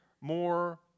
more